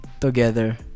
together